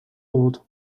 board